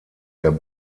der